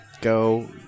go